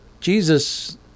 jesus